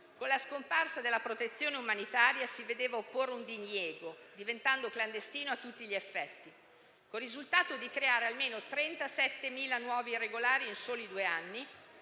con la scomparsa della protezione umanitaria si vedeva opporre un diniego, diventando clandestino a tutti gli effetti. Il risultato è stato creare almeno 37.000 nuovi irregolari in soli due anni,